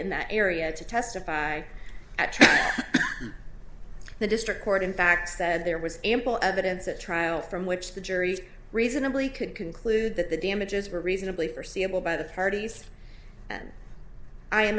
in that area to testify at trial the district court in fact said there was ample evidence at trial from which the jury reasonably could conclude that the damages were reasonably forseeable by the parties and i am